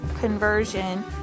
conversion